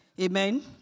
Amen